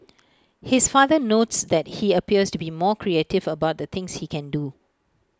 his father notes that he appears to be more creative about the things he can do